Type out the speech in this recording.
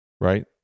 Right